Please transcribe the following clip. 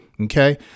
Okay